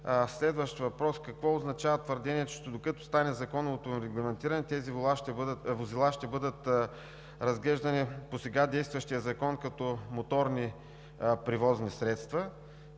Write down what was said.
Следващ въпрос: какво означава твърдението, че докато стане законовото регламентиране, тези возила ще бъдат разглеждани по сега действащия Закон като моторни превозни средства?